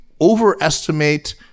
overestimate